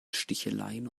sticheleien